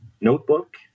notebook